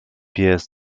pies